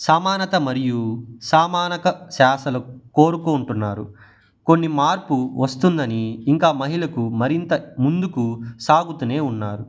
సమానత మరియు సమాన శాసనాలు కోరుకుంటున్నారు కొన్ని మార్పు వస్తుందని ఇంకా మహిళకు మరింత ముందుకు సాగుతునే ఉన్నారు